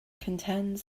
contends